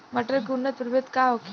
मटर के उन्नत प्रभेद का होखे?